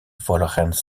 volgens